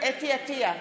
חוה אתי עטייה,